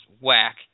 whack